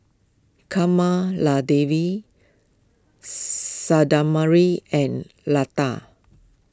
Kamaladevi and Lata